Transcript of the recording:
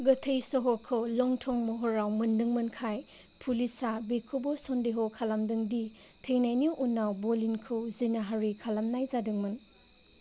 गोथै सह'खौ लंथं महराव मोनदोंमोनखाय पुलिसआ बेखौबो संदेह खालामदों दि थैनायनि उनाव बलिनखौ जिनाहारि खालामनाय जादोंमोन